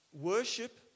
worship